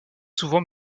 souvent